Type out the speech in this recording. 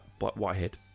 Whitehead